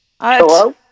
Hello